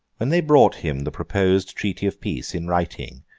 when they brought him the proposed treaty of peace, in writing,